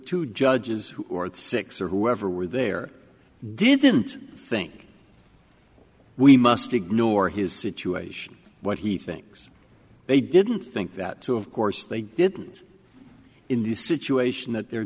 two judges who or at six or whoever were there didn't think we must ignore his situation what he thinks they didn't think that too of course they didn't in the situation that they're